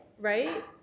right